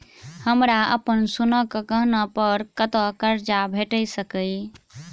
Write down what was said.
हमरा अप्पन सोनाक गहना पड़ कतऽ करजा भेटि सकैये?